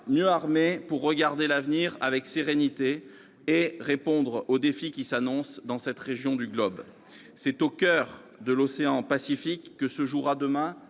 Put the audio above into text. mieux armée pour regarder l'avenir avec sérénité et répondre aux défis qui s'annoncent dans cette région du globe. C'est au coeur de l'océan Pacifique que se jouera demain